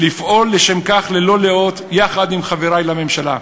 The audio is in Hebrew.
"לפעול לשם כך ללא לאות יחד עם חברי לממשלה".